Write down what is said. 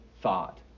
thought